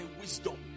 wisdom